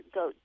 go